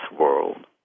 world